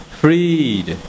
freed